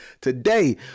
Today